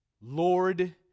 Lord